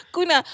Kuna